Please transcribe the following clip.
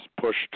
pushed